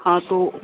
हाँ तो